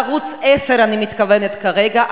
ערוץ-10 אני מתכוונת כרגע,